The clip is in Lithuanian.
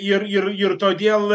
ir ir ir todėl